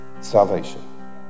salvation